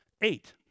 eight